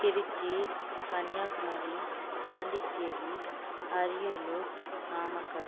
Trichy Kanyakumari Pondicherry Ariyalur Namakkal